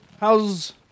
How's